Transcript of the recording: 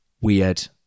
Weird